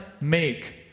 make